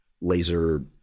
laser